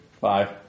Five